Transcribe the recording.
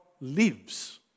lives